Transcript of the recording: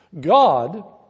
God